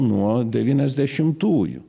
nuo devyniasdešimtųjų